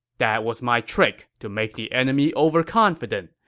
that was my trick to make the enemy overconfident,